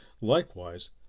likewise